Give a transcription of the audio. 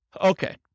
Okay